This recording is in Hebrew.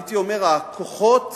הייתי אומר, הכוחות